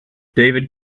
david